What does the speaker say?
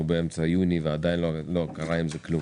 באמצע יוני ועדיין לא קרה איתו כלום.